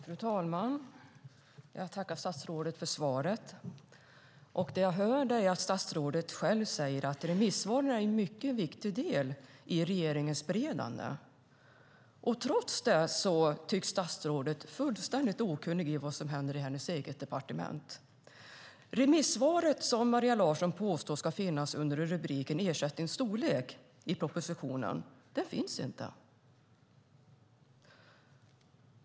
Fru talman! Jag tackar statsrådet för svaret. Jag hör att statsrådet själv säger att remissvaren är en mycket viktig del i regeringens beredande. Trots det tycks statsrådet fullständigt okunnig om vad som händer i hennes eget departement. Remissvaret, som Maria Larsson påstår ska finnas under rubriken "Ersättningens storlek" i propositionen, finns inte.